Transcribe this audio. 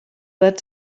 that